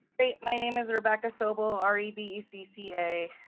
great. my name is rebecca sobel, r e b e c c a,